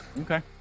Okay